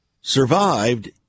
survived